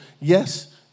yes